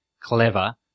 clever